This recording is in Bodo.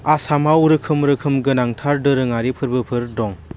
आसामआव रोखोम रोखोम गोनांथार दोरोङारि फोरबोफोर दं